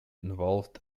involved